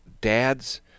Dads